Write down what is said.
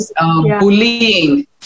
bullying